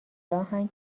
راهن